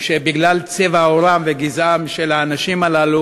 שבגלל צבע עורם וגזעם של האנשים הללו